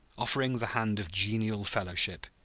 offering the hand of genial fellowship.